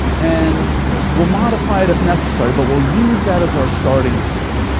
and we'll modify it if necessary, but we'll use that as our starting point.